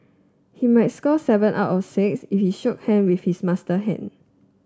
he might score seven out of six if he shook hands with his master hand